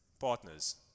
partners